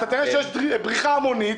אתה תראה שיש בריחה המונית.